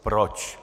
Proč?